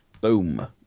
Boom